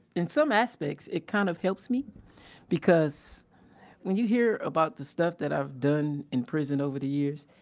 in some aspects, it kind of helps me because when you hear about the stuff that i've done in prison over the years,